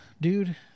dude